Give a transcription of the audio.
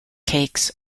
cakes